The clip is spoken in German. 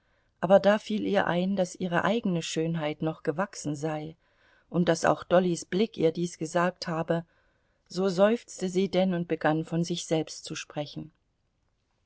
aber da fiel ihr ein daß ihre eigene schönheit noch gewachsen sei und daß auch dollys blick ihr dies gesagt habe so seufzte sie denn und begann von sich selbst zu sprechen